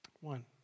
One